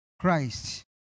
Christ